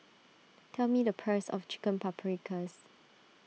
tell me the price of Chicken Paprikas